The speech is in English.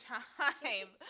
time